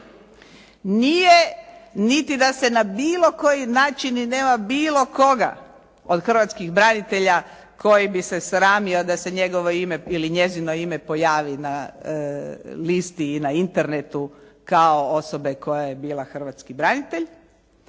Nije niti da se na bilo koji način, ni na bilo koga od hrvatskih branitelja koji bi se sramio da se njegovo ime ili njezino ime pojavi na listi i na Internetu kao osoba koja je bila hrvatski branitelj,